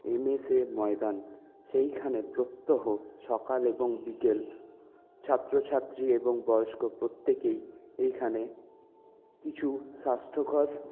MSA ময়দান সেইখানে প্রত্যহ সকাল এবং বিকেল ছাত্র ছাত্রী এবং বয়স্ক প্রত্যেকেই এইখানে কিছু স্বাস্থ্যকর